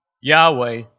Yahweh